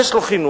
יש לו חינוך,